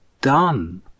done